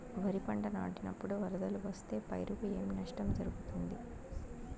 వరిపంట నాటినపుడు వరదలు వస్తే పైరుకు ఏమి నష్టం జరుగుతుంది?